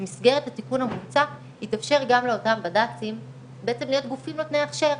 במסגרת התיקון המוצע יתאפשר גם לאותם בד"צים להיות גופים נותני הכשר.